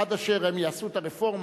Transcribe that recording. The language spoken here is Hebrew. עד אשר הם יעשו את הרפורמה,